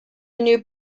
new